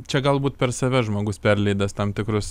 čia galbūt per save žmogus perleidęs tam tikrus